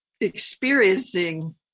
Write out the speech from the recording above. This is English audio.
experiencing